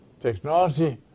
technology